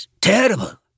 Terrible